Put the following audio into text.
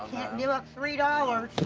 can't give up three dollars.